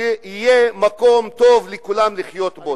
שיהיה מקום טוב לכולם לחיות בו?